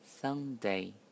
Sunday